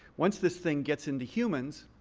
once this thing gets into humans,